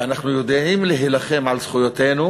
ואנחנו יודעים להילחם על זכויותינו